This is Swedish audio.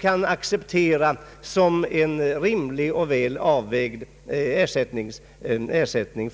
kan acceptera som en rimlig och väl avvägd ersättning.